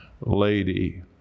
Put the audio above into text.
lady